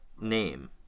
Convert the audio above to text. name